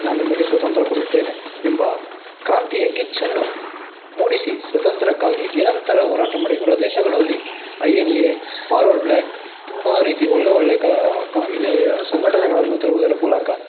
ನಾನು ನಿಮಗೆ ಸ್ವಾತಂತ್ರ್ಯ ಕೊಡುತ್ತೇನೆ ಎಂಬ ಕ್ರಾಂತಿಯ ಕಿಚ್ಚನ್ನು ಮೂಡಿಸಿ ಸ್ವಾತಂತ್ರ್ಯಕ್ಕಾಗಿ ನಿರಂತರ ಹೋರಾಟ ಮಾಡಿ ಹೊರ ದೇಶಗಳಲ್ಲಿ I N A Forward Bloc ತುಂಬ ರೀತಿ ಒಳ್ಳೆ ಒಳ್ಳೆ ಕಾ ಕ ಇದು ಸಂಘಟನೆಗಳನ್ನು ತರುವುದರ ಮೂಲಕ